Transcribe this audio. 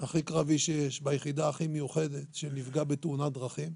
הכי קרבי שיש ביחידה הכי מיוחדת שנפגע בתאונת דרכים,